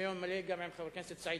בשוויון מלא, גם עם חבר הכנסת סעיד